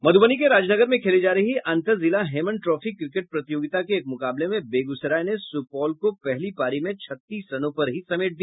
मधुबनी के राजनगर में खेली जा रही अंतर जिला हेमन ट्रॉफी क्रिकेट प्रतियोगिता के एक मूकाबले में बेगूसराय ने सूपौल को पहली पारी में छत्तीस रनों पर ही समेट दिया